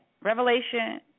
Revelation